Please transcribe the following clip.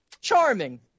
Charming